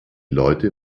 leute